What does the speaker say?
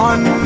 One